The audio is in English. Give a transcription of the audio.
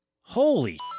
holy